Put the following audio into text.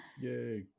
Yay